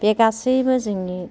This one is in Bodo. बे गासैबो जोंनि